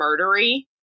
murdery